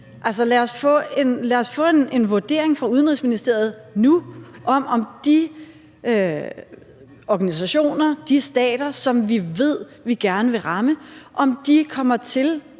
at få en vurdering fra Udenrigsministeriet nu om, om de organisationer, de stater, som vi ved vi gerne vil ramme, kommer til